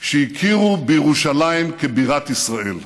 שהכירו בירושלים כבירת ישראל.